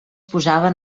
posaven